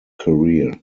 career